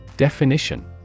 Definition